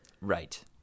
right